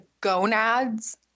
gonads